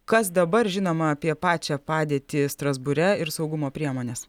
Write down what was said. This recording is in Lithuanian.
kas dabar žinoma apie pačią padėtį strasbūre ir saugumo priemones